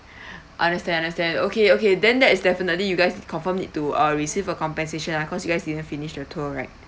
understand understand okay okay then that is definitely you guys confirm need to uh receive a compensation lah cause you guys didn't finished your tour right